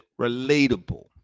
relatable